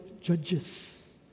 judges